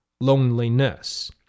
loneliness